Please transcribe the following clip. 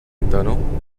internal